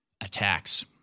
attacks